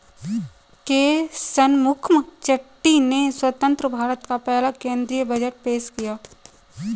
के शनमुखम चेट्टी ने स्वतंत्र भारत का पहला केंद्रीय बजट पेश किया